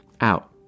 Out